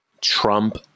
Trump